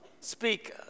speak